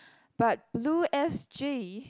but Blue S_G